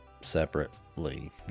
separately